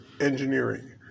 engineering